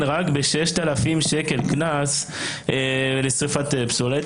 רק ב-6,000 שקלים קנס לשריפת פסולת,